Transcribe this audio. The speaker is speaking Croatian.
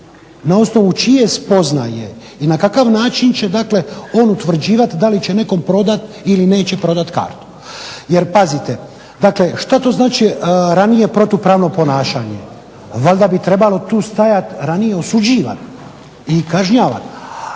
na osnovu čije spoznaje i na kakav način će dakle on utvrđivati da li će nekom prodati ili neće prodati kartu. Jer pazite, dakle šta to znači ranije protupravno ponašanje? Valjda bi trebalo tu stajati ranije osuđivan ili kažnjavan.